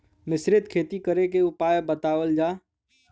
मिश्रित खेती करे क उपाय बतावल जा?